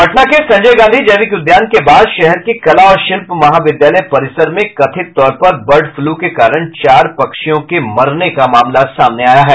पटना के संजय गांधी जैविक उद्यान के बाद शहर के कला और शिल्प महाविद्यालय परिसर में कथित तौर पर बर्ड फ्लू के कारण चार पक्षियों के मरने का मामला सामने आया है